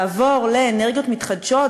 לעבור לאנרגיות מתחדשות,